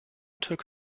took